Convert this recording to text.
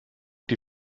die